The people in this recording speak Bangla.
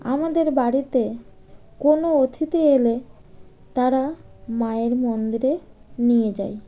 আমাদের বাড়িতে কোনো অথিতি এলে তারা মায়ের মন্দিরে নিয়ে যাই